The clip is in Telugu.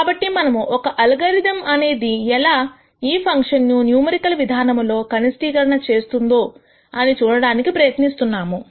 కాబట్టి మనము ఒక అల్గోరిథమ్ అనేది ఎలా ఈ ఫంక్షన్ ను న్యూమరికల్ విధానము లో కనిష్టీకరణ చేస్తుందో అని చూడడానికి ప్రయత్నిస్తున్నాము